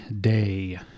Day